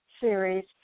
Series